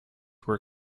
were